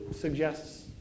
suggests